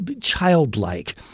childlike